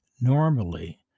Normally